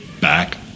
back